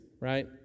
right